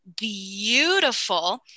beautiful